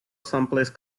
someplace